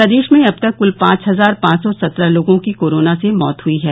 प्रदेश में अब तक कुल पाँच हजार पॉच सौ सत्रह लोगों की कोरोना से मौत हुई है